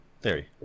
Theory